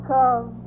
Come